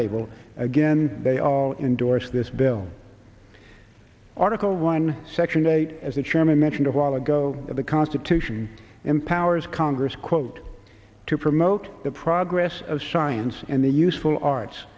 table again they all endorsed this bill article one section eight as the chairman mentioned a while ago that the constitution empowers congress quote to promote the progress of science and the useful arts